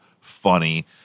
funny